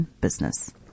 Business